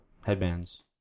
headbands